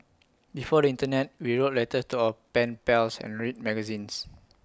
before the Internet we wrote letters to our pen pals and read magazines